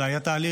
זה היה תהליך